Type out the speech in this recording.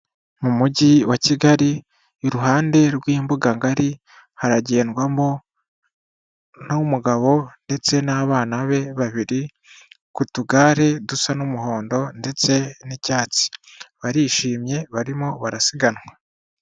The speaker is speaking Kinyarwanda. Mu mujyi wa Kigali iruhande rw'imbuga ngari, haragendwamo n'umugabo ndetse n'abana be babiri, ku tugare dusa n'umuhondo ndetse n'icyatsi. Barishimye barimo barasiganwa.